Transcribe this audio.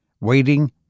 waiting